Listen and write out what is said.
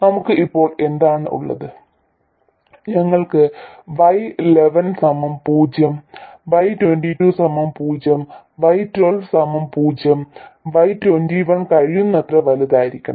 നമുക്ക് ഇപ്പോൾ എന്താണ് ഉള്ളത് ഞങ്ങൾക്ക് y11 സമം പൂജ്യം y22 സമം പൂജ്യം y12 സമം പൂജ്യം y21 കഴിയുന്നത്ര വലുതായിരിക്കണം